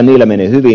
niillä menee hyvin